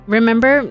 Remember